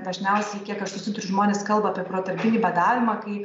dažniausiai kiek aš susiduriu žmonės kalba apie protarpinį badavimą kai